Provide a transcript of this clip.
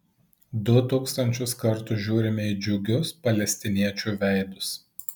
du tūkstančius kartų žiūrime į džiugius palestiniečių veidus